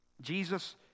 Jesus